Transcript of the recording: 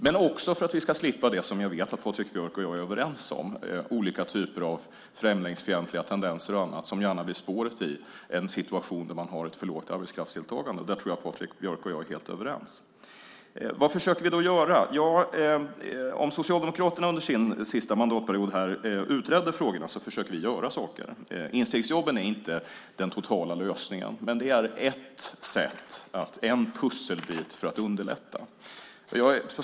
Det är också för att vi ska slippa det som jag vet att Patrik Björck och jag är överens om, olika typer av främlingsfientliga tendenser och annat som gärna blir spåret i en situation där man har ett för lågt arbetskraftsdeltagande. Där tror jag att Patrik Björck och jag är helt överens. Vad försöker vi då göra? Om Socialdemokraterna under sin sista mandatperiod här utredde frågorna försöker vi göra saker. Instegsjobben är inte den totala lösningen, men det är ett sätt, en pusselbit för att underlätta.